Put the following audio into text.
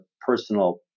personal